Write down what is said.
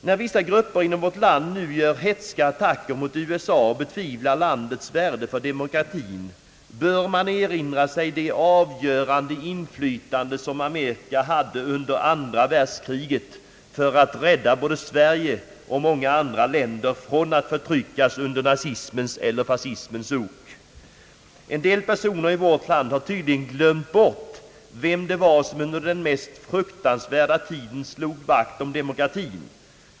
När vissa grupper inom vårt land nu gör hätska attacker mot USA och vill sätta i tvivelsmål landets värde för demokratin, bör man erinra sig det avgörande inflytande som Amerika hade under anära världskriget för att rädda både Sverige och många andra länder från att förtryckas under nazismens eller fascismens ok. En del personer i vårt land har tydligen glömt bort vem det var som under den mest fruktansvärda tiden slog vakt om demokratin.